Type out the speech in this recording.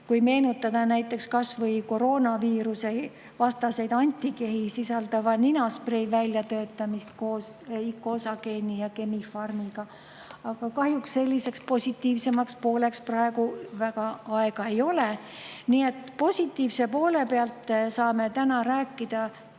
Kui meenutada näiteks kas või koroonaviirusevastaseid antikehi sisaldava ninasprei väljatöötamist koos Icosageni ja Chemi-Pharmiga. Aga kahjuks selliseks positiivsemaks pooleks praegu väga aega ei ole. Nii et positiivse poole pealt saame täna rääkida